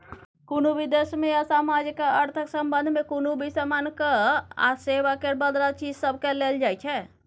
कुनु भी देश में आ समाजक अर्थक संबंध में कुनु भी समानक आ सेवा केर बदला चीज सबकेँ लेल जाइ छै